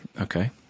okay